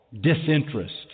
disinterest